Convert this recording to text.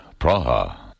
Praha